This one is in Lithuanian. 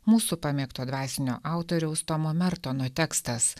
mūsų pamėgto dvasinio autoriaus tomo mertono tekstas